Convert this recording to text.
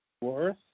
worth